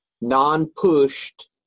non-pushed